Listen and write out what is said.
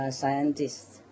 scientists